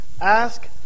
Ask